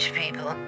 people